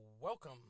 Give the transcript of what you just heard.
welcome